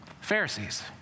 Pharisees